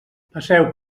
passeu